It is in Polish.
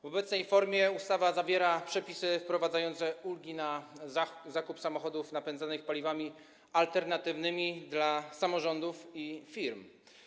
W obecnej formie ustawa zawiera przepisy wprowadzające ulgi na zakup samochodów napędzanych paliwami alternatywnymi dla samorządów i firm.